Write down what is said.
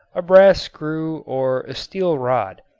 a brass screw or a steel rod.